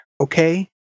okay